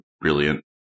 brilliant